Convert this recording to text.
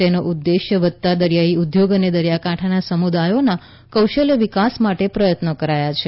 તેનો ઉદ્દેશ્ય વધતા દરિયાઇ ઉદ્યોગ અને દરિયાકાંઠાના સમુદાયોના કૌશલય વિકાસ માટે પ્રયત્નો કરાયા છે